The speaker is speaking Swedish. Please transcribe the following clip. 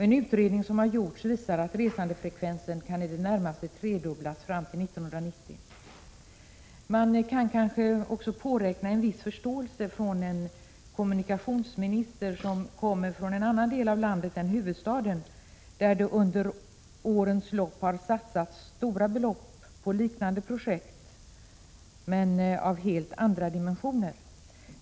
En utredning som har gjorts visar att resandefrekvensen i det närmaste kan tredubblas fram till 1990. Man kan kanske också påräkna en viss förståelse från en kommunikationsminister som kommer från en annan del av landet än huvudstaden, där det under årens lopp har satsats stora belopp på liknande projekt, men av helt andra dimensioner.